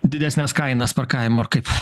didesnes kainas parkavimo ar kaip